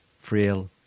frail